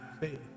faith